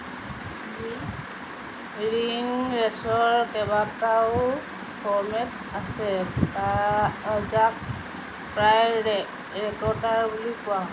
ring ৰেচৰ কেইবাটাও format আছে যাক প্ৰায়ে ৰেগটাৰ বুলি কোৱা হয়